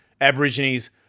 Aborigines